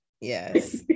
Yes